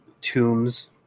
Tombs